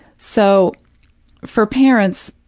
so for parents,